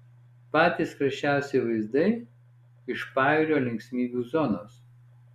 patys karščiausi vaizdai iš pajūrio linksmybių zonos